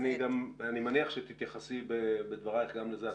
אני מניח שתתייחסי בדברייך גם לזה.